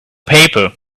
paper